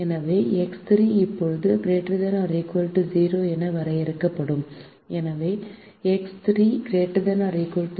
எனவே எக்ஸ் 3 இப்போது ≥ 0 என வரையறுக்கப்படும் எனவே எக்ஸ் 3 ≥0